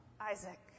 Isaac